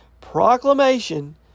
proclamation